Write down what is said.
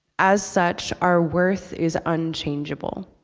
as such, our worth is unchangeable.